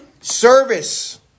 service